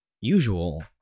usual